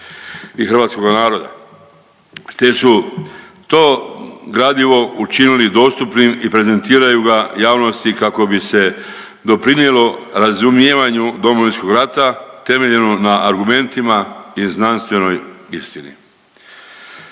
hrvatskog naroda te su to gradivo učinili dostupnim i prezentiraju ga javnosti kako bi se doprinijelo razumijevanju Domovinskog rata temeljenu na argumentima i znanstvenoj istini.